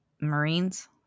Marines